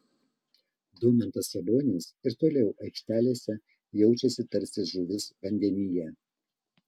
domantas sabonis ir toliau aikštelėse jaučiasi tarsi žuvis vandenyje